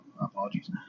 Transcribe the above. apologies